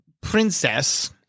princess